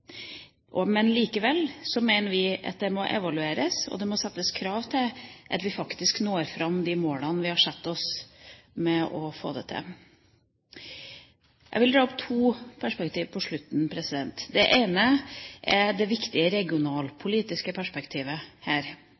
Likevel mener vi at det må evalueres, og det må settes krav til at vi faktisk når de målene vi har satt oss for å få det til. Jeg vil dra opp to perspektiver på slutten. Det ene er det viktige regionalpolitiske perspektivet her.